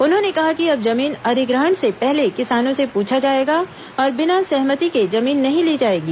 उन्होंने कहा कि अब जमीन अधिग्रहण से पहले किसानों से पूछा जाएगा और बिना सहमति के जमीन नहीं ली जाएगी